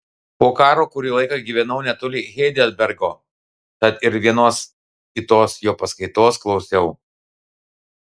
po karo kurį laiką gyvenau netoli heidelbergo tad ir vienos kitos jo paskaitos klausiau